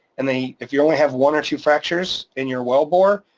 and then if you only have one or two fractures in your well bore,